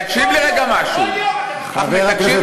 אתם עושים את זה בכל יום.